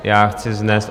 Já chci vznést...